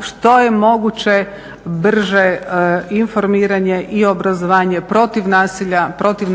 što je moguće brže informiranje i obrazovanje protiv